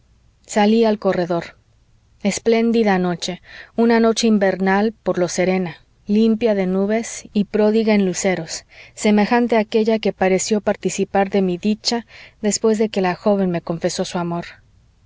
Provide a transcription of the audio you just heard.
salí al corredor espléndida noche una noche invernal por lo serena limpia de nubes y pródiga en luceros semejante a aquella que pareció participar de mi dicha después de que la joven me confesó su amor